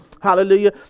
Hallelujah